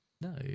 No